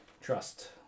trust